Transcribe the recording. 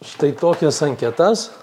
štai tokias anketas